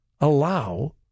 allow